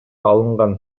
алынган